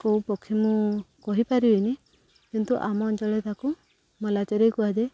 କେଉଁ ପକ୍ଷୀ ମୁଁ କହିପାରିବିନି କିନ୍ତୁ ଆମ ଅଞ୍ଚଳରେ ତାକୁ ମଲା ଚରେଇ କୁହାଯାଏ